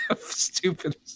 Stupid